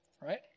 right